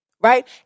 right